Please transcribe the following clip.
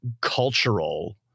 cultural